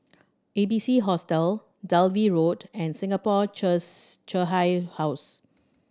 A B C Hostel Dalvey Road and Singapore Home